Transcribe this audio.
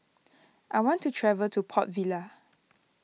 I want to travel to Port Vila